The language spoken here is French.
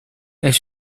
elle